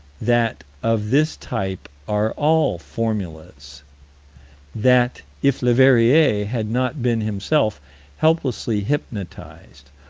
that of this type are all formulas that, if leverrier had not been himself helplessly hypnotized,